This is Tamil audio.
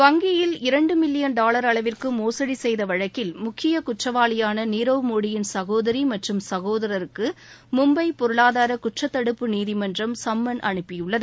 வங்கியில் இரண்டு மில்லியன் டாலர் அளவிற்கு மோசடி செய்த வழக்கில் முக்கிய குற்றவாளியான நீரவ் மோடியின் சகோதரி மற்றும் சகோதரருக்கு மும்பை பொருளாதார குற்ற தடுப்பு நீதிமன்றம் சம்மன் வழங்கியது